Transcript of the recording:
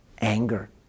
anger